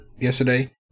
yesterday